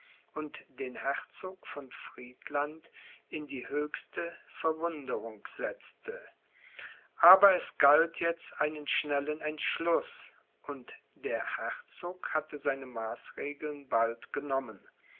und den herzog von friedland in die höchste verwunderung setzte aber es galt jetzt einen schnellen entschluß und der herzog hatte seine maßregeln bald genommen